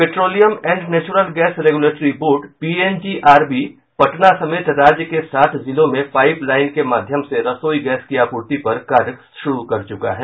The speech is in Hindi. petroleum and natural gas regulatory board PNGRB Patna समेत राज्य के सात जिलों में पाइपलाइन के माध्यम से रसोई गैस के आपूर्ति पर कार्य शुरू कर चुका है